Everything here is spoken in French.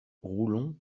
roulon